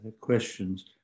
questions